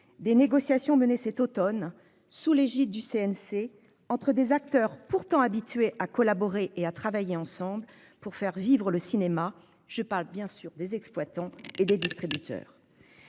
des négociations menées cet Automne sous l'égide du CNC entre des acteurs pourtant habitué à collaborer et à travailler ensemble pour faire vivre le cinéma, je parle bien sûr des exploitants et les distributeurs.